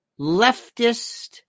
leftist